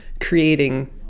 creating